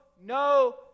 no